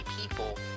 people